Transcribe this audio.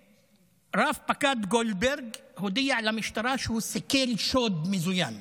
רב-פקד גולדברג הודיע למשטרה שהוא סיכל שוד מזוין,